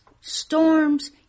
storms